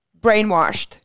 brainwashed